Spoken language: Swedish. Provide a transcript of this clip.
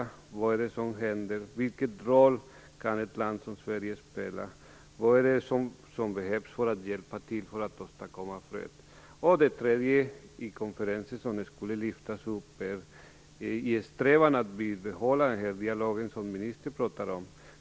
Vad det är som händer, och vilken roll kan ett land som Sverige spela? Vad är det som behövs för att hjälpa till för att åstadkomma fred? Det tredje som skulle lyftas upp i konferensen är strävan att bibehålla den dialog som ministern talar om.